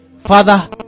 Father